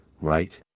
right